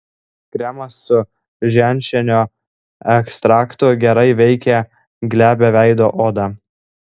kremas su ženšenio ekstraktu gerai veikia glebią veido odą